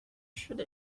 should